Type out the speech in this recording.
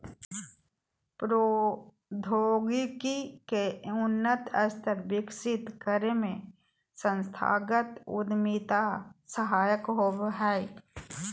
प्रौद्योगिकी के उन्नत स्तर विकसित करे में संस्थागत उद्यमिता सहायक होबो हय